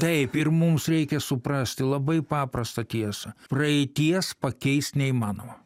taip ir mums reikia suprasti labai paprastą tiesą praeities pakeist neįmanoma